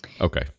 Okay